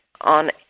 on